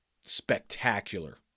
spectacular